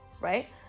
right